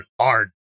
hard